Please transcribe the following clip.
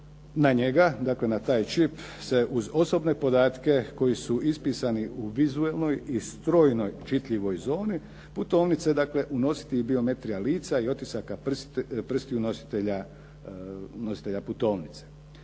na njega, dakle na taj čip se uz osobne podatke koji su ispisani u vizualnoj i strojno čitljivoj zoni putovnice dakle unositi i biometrija lica i otisaka prstiju nositelja putovnice.